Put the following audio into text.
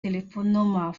telefonnummern